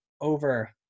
over